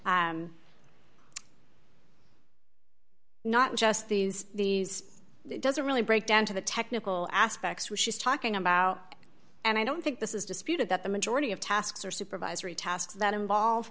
not just these these it doesn't really break down to the technical aspects what she's talking about and i don't think this is disputed that the majority of tasks are supervisory tasks that involve